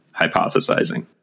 hypothesizing